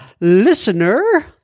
listener